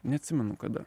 neatsimenu kada